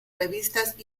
revistas